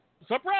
surprise